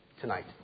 tonight